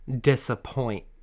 disappoint